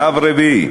שלב רביעי,